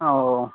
oh